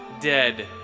dead